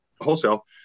wholesale